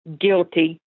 guilty